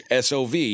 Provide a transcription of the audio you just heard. SOV